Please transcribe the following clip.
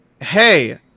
hey